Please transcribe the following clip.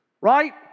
Right